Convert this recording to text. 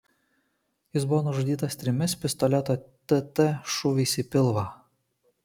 jis buvo nužudytas trimis pistoleto tt šūviais į pilvą